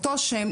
אותו שם,